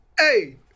Hey